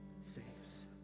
saves